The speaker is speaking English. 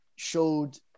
showed